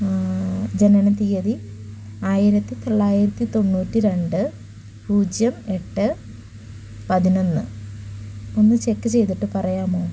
ജനന തീയതി ആയിരത്തി തൊള്ളായിരത്തി തൊണ്ണൂറ്റി രണ്ട് പൂജ്യം എട്ട് പതിനൊന്ന് ഒന്ന് ചെക്ക് ചെയ്തിട്ട് പറയാമോ